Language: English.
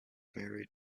married